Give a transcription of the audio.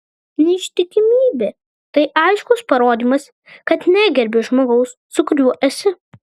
neištikimybė tai aiškus parodymas kad negerbi žmogaus su kuriuo esi